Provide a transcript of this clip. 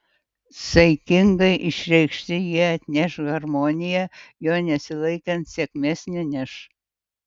saikingai išreikšti jie atneš harmoniją jo nesilaikant sėkmės neneš